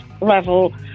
level